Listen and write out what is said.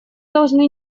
должны